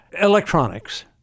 electronics